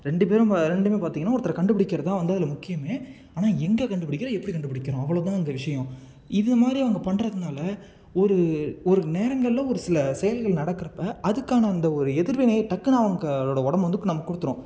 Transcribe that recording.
ரெண்டு பேரும் ரெண்டும் பார்த்திங்கன்னா ஒருத்தரை கண்டுப்பிடிக்கிறது தான் வந்து அதில் முக்கியம் ஆனால் எங்கே கண்டுப்புடிக்கிறோம் எப்படி கண்டுப்புடிக்கிறோம் அவ்வளோ தான் அங்கே விஷயம் இதை மாதிரி அவங்க பண்ணுறதுனால ஒரு ஒரு நேரங்களில் ஒரு சில செயல்கள் நடக்கிறப்ப அதுக்கான அந்த ஒரு எதிர்வினையை டக்குன்னு அவங்களோடய உடம்பு வந்து நமக்கு கொடுத்துரும்